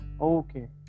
Okay